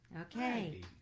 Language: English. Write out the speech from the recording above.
Okay